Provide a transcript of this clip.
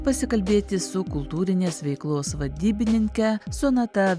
pasikalbėti su kultūrinės veiklos vadybininke sonata